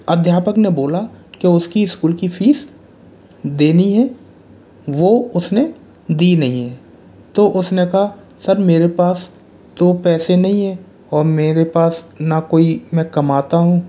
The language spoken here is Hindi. अध्यापक ने बोला तो उसकी स्कूल की फ़ीस देनी है वह उसने दी नहीं है तो उसने कहा सर मेरे पास तो पैसे नहीं है और मेरे पास न कोई मैं कमाता हूँ